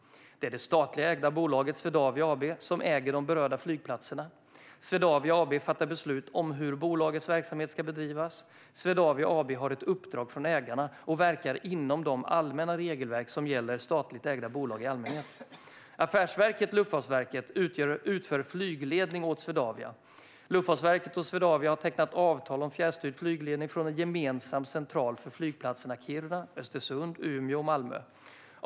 Det är det statligt ägda bolaget Swedavia AB som äger de berörda flygplatserna. Swedavia AB fattar beslut om hur bolagets verksamhet ska bedrivas. Swedavia AB har ett uppdrag från ägarna och verkar inom de allmänna regelverk som gäller statligt ägda bolag i allmänhet. Affärsverket Luftfartsverket utför flygledning åt Swedavia. Luftfartsverket och Swedavia har tecknat avtal om fjärrstyrd flygledning från en gemensam central för flygplatserna i Kiruna, Östersund, Umeå och Malmö.